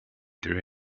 through